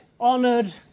honoured